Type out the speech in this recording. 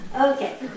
Okay